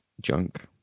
junk